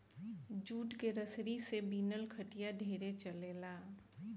jute के रसरी के बिनल खटिया ढेरे चलेला